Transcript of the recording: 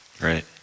Right